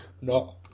No